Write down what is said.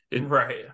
right